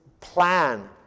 plan